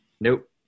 nope